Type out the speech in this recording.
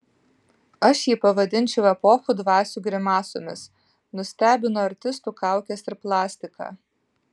aš jį pavadinčiau epochų dvasių grimasomis nustebino artistų kaukės ir plastika